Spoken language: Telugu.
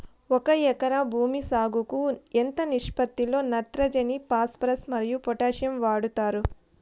ఒక ఎకరా భూమి సాగుకు ఎంత నిష్పత్తి లో నత్రజని ఫాస్పరస్ మరియు పొటాషియం వాడుతారు